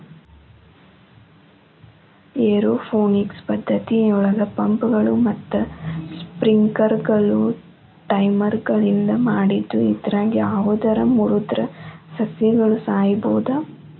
aeroponics ಪದ್ದತಿಯೊಳಗ ಪಂಪ್ಗಳು ಮತ್ತ ಸ್ಪ್ರಿಂಕ್ಲರ್ಗಳು ಟೈಮರ್ಗಳಿಂದ ಮಾಡಿದ್ದು ಇದ್ರಾಗ ಯಾವದರ ಮುರದ್ರ ಸಸಿಗಳು ಸಾಯಬೋದು